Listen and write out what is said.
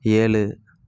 ஏழு